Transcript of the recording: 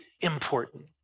important